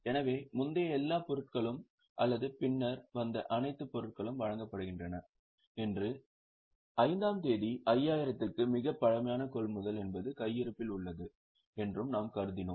எனவே முந்தைய எல்லா பொருட்களும் அல்லது பின்னர் வந்த அனைத்து பொருட்களும் வழங்கப்படுகின்றன என்றும் 5 ஆம் தேதி 5000 க்கு மிகப் பழமையான கொள்முதல் என்பது கையிருப்பில் உள்ளது என்றும் நாம் கருதினோம்